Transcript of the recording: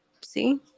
see